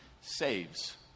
saves